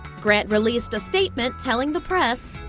grant released a statement telling the press,